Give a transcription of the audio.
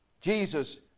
Jesus